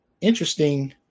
interesting